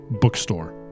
bookstore